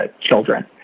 children